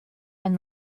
and